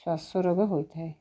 ଶ୍ୱାସ ରୋଗ ହୋଇଥାଏ